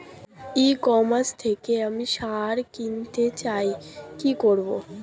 E commerce থেকে আমি সার কিনতে চাই কি করব?